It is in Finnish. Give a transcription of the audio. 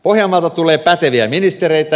pohjanmaalta tulee päteviä ministereitä